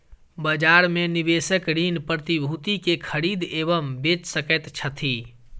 बजार में निवेशक ऋण प्रतिभूति के खरीद एवं बेच सकैत छथि